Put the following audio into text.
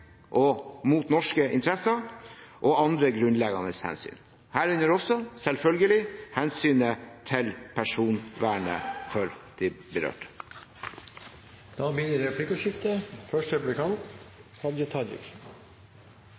og norske interesser og andre grunnleggende hensyn, herunder også – selvfølgelig – hensynet til personvernet for de berørte. Det blir replikkordskifte.